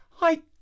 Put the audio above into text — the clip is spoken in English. I